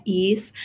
ease